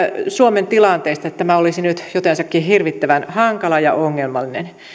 suomen tilanteesta että tämä olisi nyt jotensakin hirvittävän hankala ja ongelmallinen